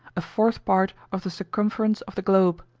a fourth part of the circumference of the globe.